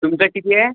तुमचं किती आहे